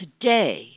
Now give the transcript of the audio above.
Today